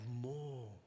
more